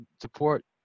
support